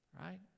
right